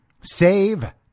Save